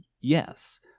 Yes